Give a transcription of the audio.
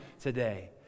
today